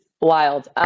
wild